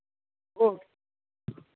okay